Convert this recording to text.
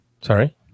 sorry